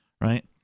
right